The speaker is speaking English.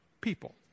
people